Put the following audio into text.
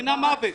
זה דבר רצחני.